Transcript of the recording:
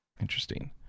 Interesting